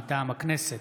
מטעם הכנסת,